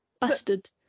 Bastard